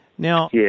Now